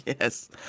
Yes